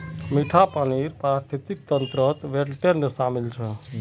मीठा पानीर पारिस्थितिक तंत्रत वेट्लैन्ड शामिल छ